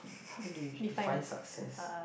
how do you define success